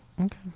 Okay